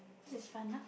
this is fun ah